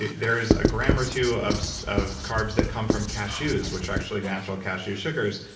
there is a gram or two of so of carbs that come from cashews, which are actually natural cashew sugars.